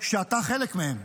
שאתה חלק מהם.